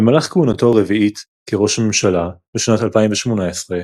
במהלך כהונתו הרביעית כראש ממשלה, בשנת 2018,